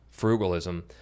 frugalism